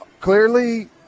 clearly